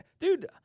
Dude